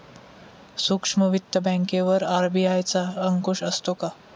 सूक्ष्म वित्त बँकेवर आर.बी.आय चा अंकुश असतो का?